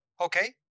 Okay